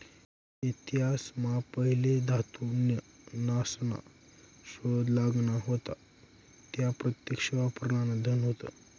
इतिहास मा पहिले धातू न्या नासना शोध लागना व्हता त्या प्रत्यक्ष वापरान धन होत